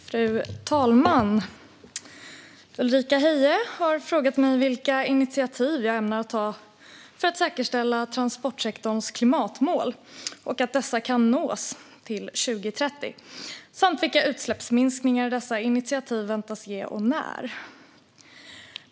Fru talman! Ulrika Heie har frågat mig vilka initiativ jag ämnar ta för att säkerställa att transortsektorns klimatmål kan nås till 2030 samt vilka utsläppsminskningar dessa initiativ väntas ge och när.